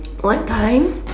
what time